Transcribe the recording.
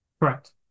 Correct